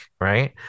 right